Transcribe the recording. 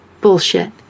Bullshit